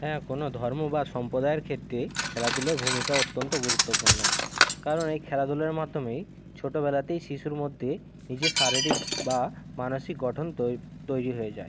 হ্যাঁ কোনো ধর্ম বা সম্প্রদায়ের ক্ষেত্রে খেলাধুলোর ভূমিকা অত্যন্ত গুরুত্বপূর্ণ কারণ এই খেলাধুলার মাধ্যমেই ছোটোবেলাতেই শিশুর মধ্যে নিজের শারীরিক বা মানসিক গঠন তৈরি হয়ে যায়